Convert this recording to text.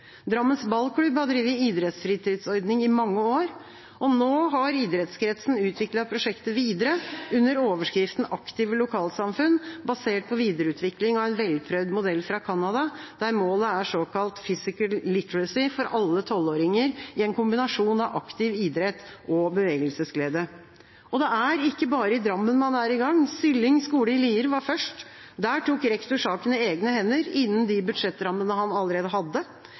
Drammens Ballklubb har drevet idrettsfritidsordning i mange år, og nå har idrettskretsen utviklet prosjektet videre under overskriften Aktive lokalsamfunn, basert på videreutvikling av en velprøvd modell fra Canada, der målet er såkalt «Physical Literacy» for alle 12-åringer i en kombinasjon av aktiv idrett og bevegelsesglede. Det er ikke bare i Drammen man er i gang. Sylling skole i Lier var først. Der tok rektor saken i egne hender innenfor de budsjettrammene han allerede hadde.